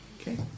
Okay